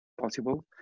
possible